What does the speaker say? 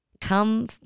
come